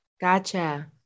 Gotcha